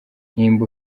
nimba